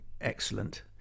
excellent